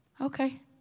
Okay